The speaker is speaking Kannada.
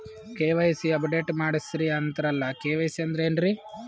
ಕೆ.ವೈ.ಸಿ ಅಪಡೇಟ ಮಾಡಸ್ರೀ ಅಂತರಲ್ಲ ಕೆ.ವೈ.ಸಿ ಅಂದ್ರ ಏನ್ರೀ?